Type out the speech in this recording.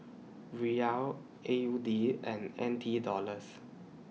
Riyal A U D and N T Dollars